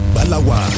Balawa